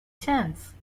chance